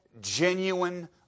genuine